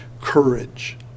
courage